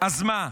אז מה?